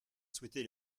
souhaité